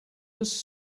does